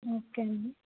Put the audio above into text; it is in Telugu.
ఓకే అండి